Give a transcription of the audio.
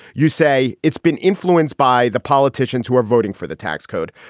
you say it's been influenced by the politicians who are voting for the tax code.